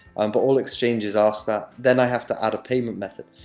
um but all exchanges ask that. then, i have to add a payment method.